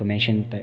fermentation type